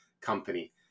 company